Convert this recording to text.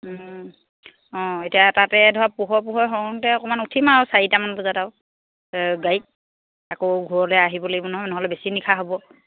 অঁ এতিয়া তাতে ধৰক পোহৰ পোহৰে হওঁতে অকণমান উঠিম আৰু চাৰিটামান বজাত আৰু গাড়ীত আকৌ ঘৰলৈ আহিব লাগিব নহয় নহ'লে বেছি নিশা হ'ব